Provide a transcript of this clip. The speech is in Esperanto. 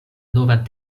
novan